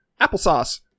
applesauce